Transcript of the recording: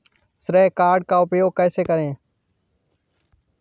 श्रेय कार्ड का उपयोग कैसे करें?